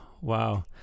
Wow